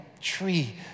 tree